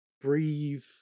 Breathe